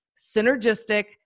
synergistic